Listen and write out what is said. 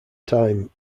time